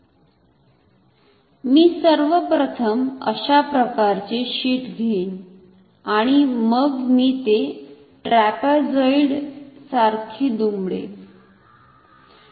मी सर्वप्रथम अशा प्रकारचे शीट घेईल आणि मग मी ते ट्रॅपेझॉइड सारखे दुमडेल